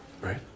Right